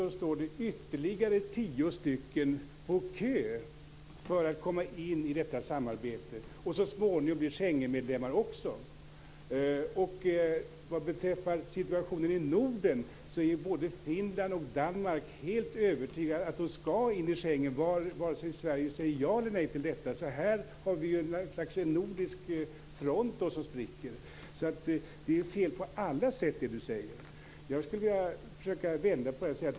Vad gäller det som sades om synen på rättsfrågor vill jag säga att jag tycker att det är bra att Sverige inte har samma syn som Frankrike, där vissa kommuner bara ger barnbidrag till vita barn. Det är accepterat. Eller har vi, Gustaf von Essen, samma syn som Frankrike i denna fråga? I detta moment föreslogs godkännande av avtal och protokoll vilka till viss del innefattar överlåtelse av myndighetsutövning till främmande stat.